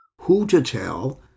who-to-tell